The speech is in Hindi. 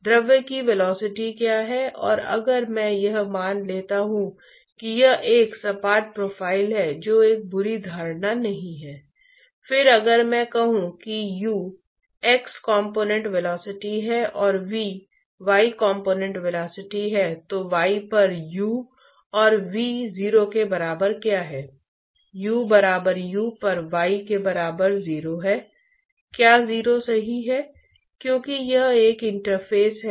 इसलिए अगर मुझे पता था कि Ts और टिनफिनिटी क्या है जो कि एक बुरी धारणा नहीं है तो मैं शुद्ध हीट ट्रांसपोर्ट दर q को फिर से लिख सकता हूं जो कि h बार गुना Ts माइनस टिनफिनिटी में है